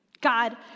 God